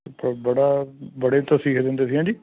ਬੜਾ ਬੜੇ ਤਸੀਹੇ ਦਿੰਦੇ ਸੀ ਹਾਂਜੀ